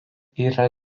yra